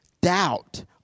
doubt